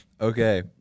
Okay